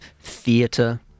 theatre